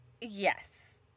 Yes